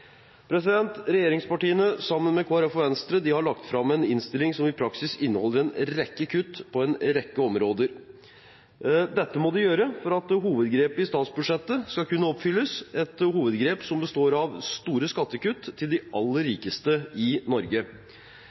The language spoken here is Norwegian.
Regjeringspartiene, sammen med Kristelig Folkeparti og Venstre, har lagt fram en innstilling som i praksis inneholder en rekke kutt på en rekke områder. Dette må de gjøre for at hovedgrepet i statsbudsjettet skal kunne oppfylles – et hovedgrep som består av store skattekutt til de aller rikeste i Norge.